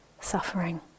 suffering